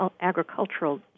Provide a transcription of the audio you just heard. agricultural